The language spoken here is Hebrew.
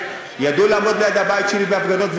ידעו לעמוד ליד הבית שלי בהפגנות,